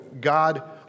God